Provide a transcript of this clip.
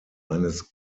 eines